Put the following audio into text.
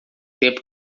tempo